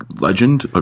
legend